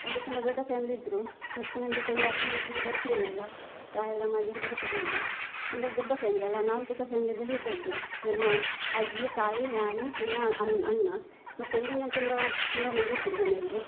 ಅಲ್ಲಿ ತುಂಬ ದೊಡ್ಡ ಫ್ಯಾಮಿಲಿ ಇದ್ದರು ಮತ್ತೆ ನನಗೆ ಸರಿ ಅಡುಗೆ ಮಾಡಲಿಕ್ಕೆ ಬರ್ತಿರಲಿಲ್ಲ ಚಹಾ ಎಲ್ಲ ಮಾಡಲಿಕ್ಕೆ ಬರುತ್ತಿರಲಿಲ್ಲ ಅಂದರೆ ದೊಡ್ಡ ಫ್ಯಾಮಿಲಿ ಅಲ್ವ ನಾವು ಚಿಕ್ಕ ಫ್ಯಾಮಿಲಿಯಲ್ಲಿ ಇದ್ದದ್ದು ನನ್ನ ಅಜ್ಜಿ ತಾಯಿ ನಾನು ನನ್ನ ಅಣ್ಣ ಮತ್ತೆ ಇಲ್ಲಿನ ತುಂಬ ತುಂಬ ಮಂದಿ ಇದ್ದರು ಮನೆಯಲ್ಲಿ